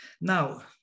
Now